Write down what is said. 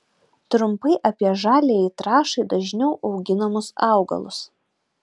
trumpai apie žaliajai trąšai dažniau auginamus augalus